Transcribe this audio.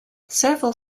several